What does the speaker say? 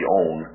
own